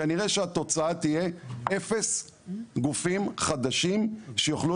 כנראה שהתוצאה תהיה אפס גופים חדשים שיוכלו